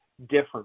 different